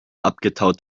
abgetaut